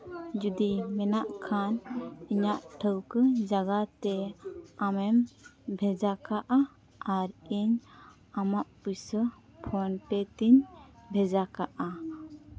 ᱡᱩᱫᱤ ᱢᱮᱱᱟᱜ ᱠᱷᱟᱱ ᱤᱧᱟᱹᱜ ᱴᱷᱟᱹᱶᱠᱟᱹ ᱡᱟᱭᱜᱟ ᱛᱮ ᱟᱢᱮᱢ ᱵᱷᱮᱡᱟ ᱠᱟᱜᱼᱟ ᱟᱨ ᱤᱧ ᱟᱢᱟᱜ ᱯᱩᱭᱥᱟᱹ ᱯᱷᱳᱱ ᱯᱮ ᱛᱤᱧ ᱵᱷᱮᱡᱟ ᱠᱟᱜᱼᱟ